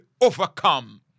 overcome